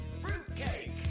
Fruitcake